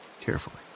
carefully